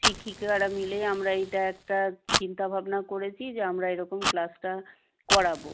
শিক্ষিকারা মিলে আমরা এইটা একটা চিন্তা ভাবনা করেছি যে আমরা এরকম ক্লাসটা করাব